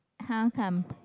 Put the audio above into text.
how come